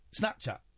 Snapchat